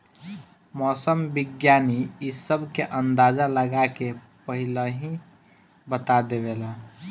मौसम विज्ञानी इ सब के अंदाजा लगा के पहिलहिए बता देवेला